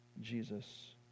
Jesus